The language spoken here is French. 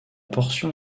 portion